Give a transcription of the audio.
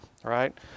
right